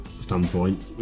standpoint